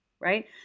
right